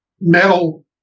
metal